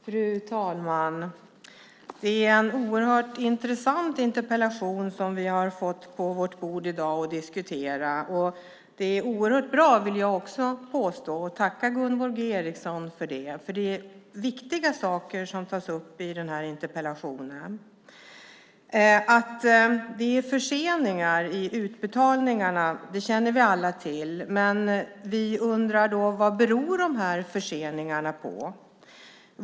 Fru talman! Det är en oerhört intressant interpellation vi fått på vårt bord i dag, och jag vill därför tacka Gunvor G Ericson för att hon ställt den. Det är viktiga saker som tas upp i interpellationen. Att det är förseningar i utbetalningarna känner vi alla till. Vi undrar dock vad alla dessa förseningar beror på.